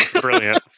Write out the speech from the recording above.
Brilliant